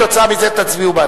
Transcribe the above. וכתוצאה מזה תצביעו בעד,